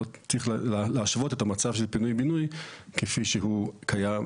לא צריך להשוות את המצב של פינוי בינוי כפי שהוא קיים,